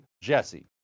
JESSE